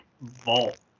vault